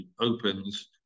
opens